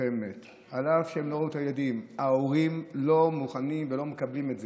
ילדכם מת על אף מות הילדים ההורים לא מקבלים את זה.